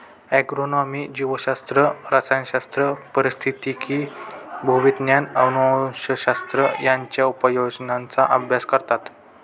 agronomy जीवशास्त्र, रसायनशास्त्र, पारिस्थितिकी, भूविज्ञान, अनुवंशशास्त्र यांच्या उपयोजनांचा अभ्यास करतात